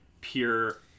pure